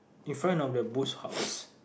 in front of the boots house